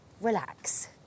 relax